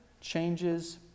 changes